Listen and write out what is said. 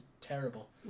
terrible